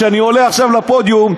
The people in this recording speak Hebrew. כשאני עולה עכשיו לפודיום,